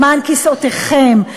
למען כיסאותיכם,